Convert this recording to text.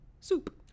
soup